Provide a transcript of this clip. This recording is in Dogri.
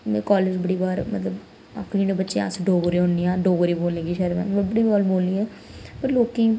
में कॉलेज़ बड़ी बार आक्खनी होनी आं कि बच्चे अस डोगरे होने आं डोगरी बोलने गी निं शर्म ऐ में बड़ी बार बोलनी आं पर लोकें गी